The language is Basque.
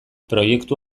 proiektu